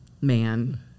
man